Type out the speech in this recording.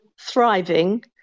thriving